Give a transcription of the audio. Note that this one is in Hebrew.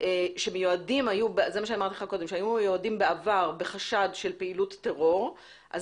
שהיו מעורבים בעבר בחשד של פעילות טרור,